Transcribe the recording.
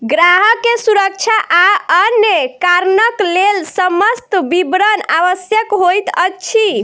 ग्राहक के सुरक्षा आ अन्य कारणक लेल समस्त विवरण आवश्यक होइत अछि